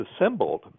assembled